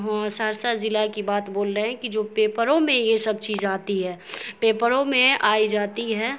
سہرسہ ضلع کی بات بول رہے ہیں کہ جو پیپروں میں یہ سب چیز آتی ہے پیپروں میں آئی جاتی ہے